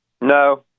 No